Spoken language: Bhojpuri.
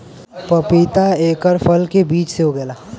पपीता एकर फल के बीज से उगेला